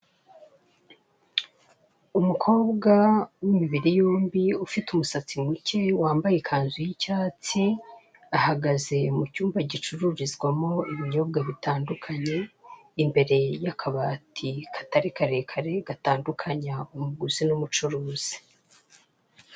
Umukoba w'imibiri yombi, ufite umusatsi muke, wambaye ikanzu y'icyatsi, ahagaze mu cyumba gicururizwamo ibinyobwa bitandukanye, imbere y'akabati katari karekare, gatandukanya umuguzi n'umucuruzi.